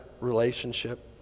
relationship